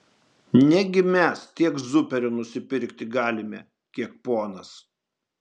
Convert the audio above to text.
negi mes tiek zuperio nusipirkti galime kiek ponas